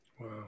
Wow